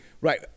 Right